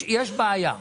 יש בעיה.